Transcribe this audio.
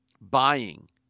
buying